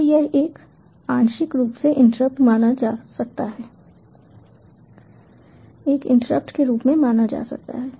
तो यह एक आंशिक रूप से इंटरप्ट माना जा सकता है एक इंटरप्ट के रूप में माना जाता है